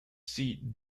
seat